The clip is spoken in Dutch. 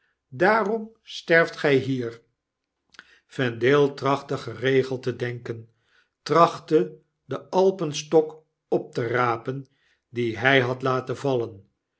daarom sterft gy hier vendale trachtte geregeld te denken trachtte den alpenstok op te rapen dien hy had laten vallen